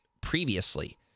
previously